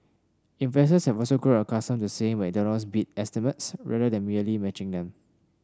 investors also have grown accustomed to seeing McDonald's beat estimates rather than merely matching them